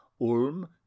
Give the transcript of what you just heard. Ulm